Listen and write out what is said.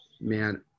man